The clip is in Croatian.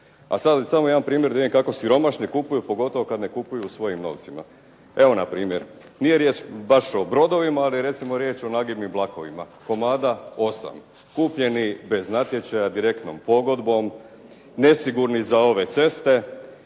A sada samo jedan primjer da vidim kako siromašni kupuju, pogotovo kad ne kupuju svojim novcima. Evo npr. nije riječ baš o brodovima, ali je recimo riječ o nagibnim vlakovima, komada 8. Kupljeni bez natječaja, direktnom pogodbom, nesigurni za ove ceste,